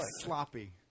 sloppy